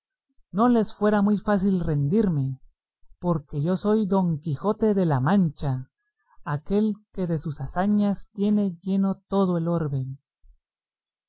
no les fuera muy fácil rendirme porque yo soy don quijote de la mancha aquel que de sus hazañas tiene lleno todo el orbe